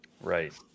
Right